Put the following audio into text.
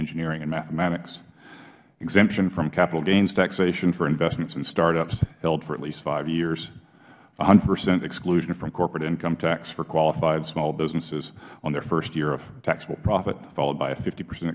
engineering and mathematics exemption from capital gains taxation for investments in start ups held for at least five years one hundred percent exclusion from corporate income tax for qualified small businesses on their first year of taxable profit followed by a fifty percent